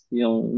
yung